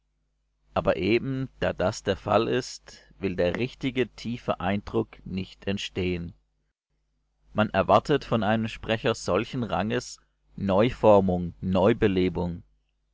aber eben da das der fall ist will der richtige tiefe eindruck nicht entstehen man erwartet von einem sprecher solchen ranges neuformung neubelebung